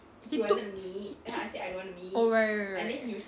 he took oh right right right